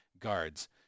guards